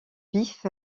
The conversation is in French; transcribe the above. vif